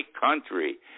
country